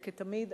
וכתמיד,